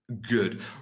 good